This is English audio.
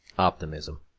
optimism.